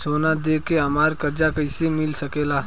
सोना दे के हमरा कर्जा कईसे मिल सकेला?